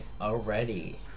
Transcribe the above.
already